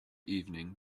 evening